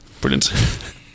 brilliant